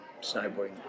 snowboarding